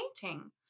painting